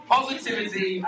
Positivity